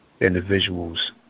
individuals